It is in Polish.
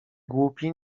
głupi